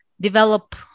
develop